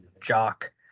jock